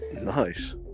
Nice